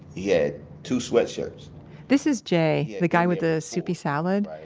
yeah had two sweatshirts this is jay, the guy with the soupy salad,